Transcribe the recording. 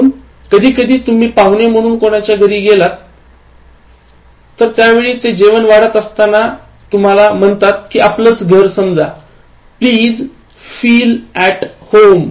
म्हणून कधी कधी तुम्ही पाहुणे म्हणून कोणाच्या घरी जर गेला असाल तर त्या वेळी ते जेवण वाढत असताना तुम्हाला म्हणतात कि आपलाच घर समजा please feel at home